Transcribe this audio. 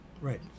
Right